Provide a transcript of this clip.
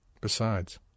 Besides